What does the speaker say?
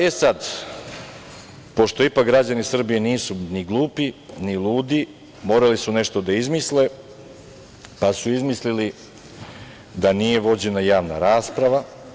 E, sad, pošto ipak građani Srbije nisu ni glupi, ni ludi, morali su nešto da izmisle, pa su izmislili da nije vođena javna rasprava.